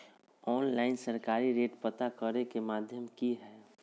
Online सरकारी rate पता करे के माध्यम की हय?